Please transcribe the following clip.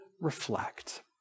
reflect